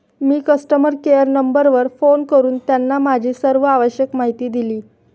मी customer care नंबरवर phone करून त्यांना माझी सर्व आवश्यक माहिती दिली